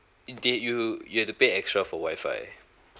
it they you you have to pay extra for wi-fi